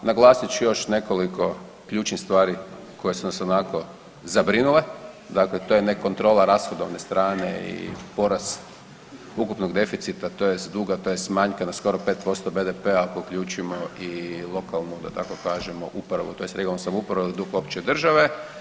Naglasit ću još nekoliko ključnih stvari koje su nas onako, zabrinule, dakle to je nekontrola rashodovne strane i porast ukupnog deficita, tj. duga, tj. manjka na skoro 5% BDP-a ako uključimo i lokalnu, da tako kažemo, tj. regionalnu samoupravu, dug opće države.